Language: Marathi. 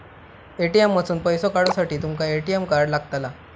ए.टी.एम मधसून पैसो काढूसाठी तुमका ए.टी.एम कार्ड लागतला